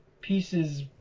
pieces